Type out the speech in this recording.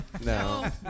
No